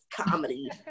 comedy